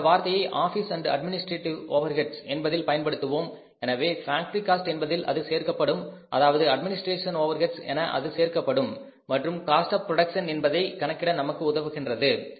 நாம் இந்த வார்த்தையை ஆபீஸ் அண்ட் அட்மினிஸ்ட்ரேஷன் ஓவர்ஹெட்ஸ் என்பதில் பயன்படுத்துவோம் எனவே ஃபேக்டரி காஸ்ட் என்பதில் அது சேர்க்கப்படும் அதாவது அட்மினிஸ்ட்ரேஷன் ஓவர்ஹெட்ஸ் என அது சேர்க்கப்படும் மற்றும் காஸ்ட் ஆஃ புரோடக்சன் என்பதை கணக்கிட நமக்கு உதவுகின்றது